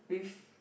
with